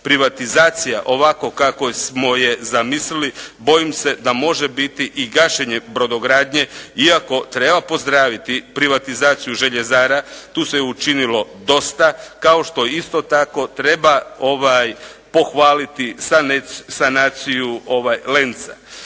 Privatizacija ovako kako smo je zamislili bojim se da može biti i gašenje brodogradnje, iako treba pozdraviti privatizaciju željezara, tu se učinilo dosta, kao što isto tako treba pohvaliti sanaciju "Lenca".